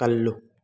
ꯀꯜꯂꯨ